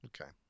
Okay